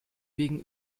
wegen